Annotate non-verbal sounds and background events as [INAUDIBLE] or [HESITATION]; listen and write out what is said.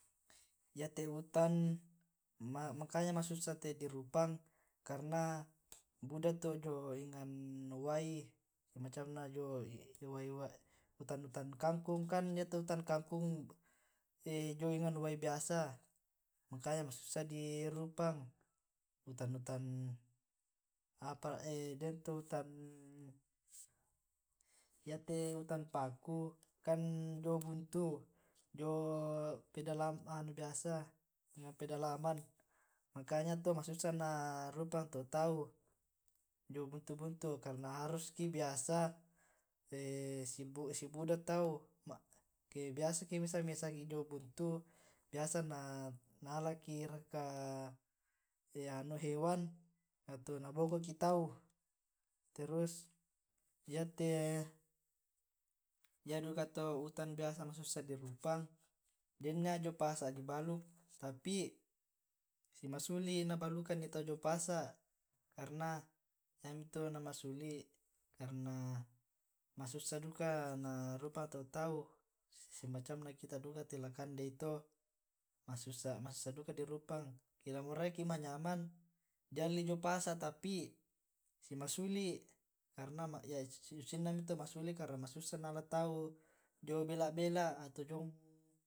Iyate untan [HESITATION] makanya masussa te di rumpang karna buda to jio enang wai semacam na jio [HESITATION] utang utang kangkung kan yato utang kangkung jio enang wai biasa makanya masussah di rupang utang utang apa [HESITATION] yate utang paku kan jio buntu jio pedalaman anu biasa pedalaman makanya to masussa na rupang to' tau jio buntu buntu karna haruski biasa [HESITATION] si buda tau ke biasa ke mesa mesaki jio buntu biasa na alaki raka [HESITATION] hewan atau na boko ki' tau, terus yate yaduka to utan biasa masusah di rupang den iyya jio pasa' di baluk tapi si masuli' na balukagngi tau io pasa', karna yami to' na masuli' nasaba masusah duka na rupang to' tau semacam na kita duka to lakandei to [HESITATION] masussah duka di rupang ke moraiki lamanyamang di alli jio paaasa' tapi si masuli' karna [HESITATION] susinna mito masuli' karna masussa na ala tau jio bela' bela ato jiong [HESITATION]